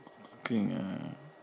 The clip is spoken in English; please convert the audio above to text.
coo~cooking eh